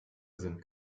sind